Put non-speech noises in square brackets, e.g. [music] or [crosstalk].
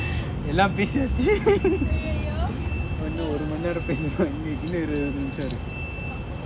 எல்லாம் பேசியாச்சி:ellam pesiyaachi [laughs] இன்னம் இருவது நிமுஷம் இருக்கு:innam iruvathu nimusham irukku